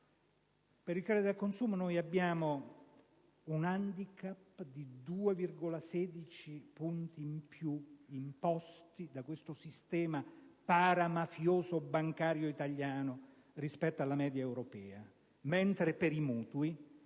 Per i crediti al consumo vi è un *handicap* di 2,16 punti in più, imposti da questo sistema paramafioso bancario italiano, rispetto alla media europea; per i mutui,